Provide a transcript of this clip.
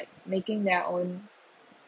making their own